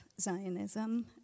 Zionism